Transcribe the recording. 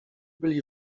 byli